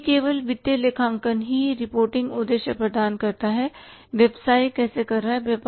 यह केवल वित्तीय लेखांकन ही रिपोर्टिंग उद्देश्य प्रदान करता है कि व्यवसाय कैसे कर रहा है